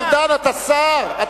כשהוא אמר שהוא בעד שחרור גלעד שליט,